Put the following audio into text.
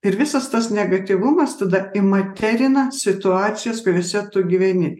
ir visas tas negatyvumas tada imaterina situacijas kuriose tu gyveni